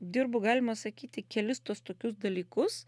dirbu galima sakyti kelis tuos tokius dalykus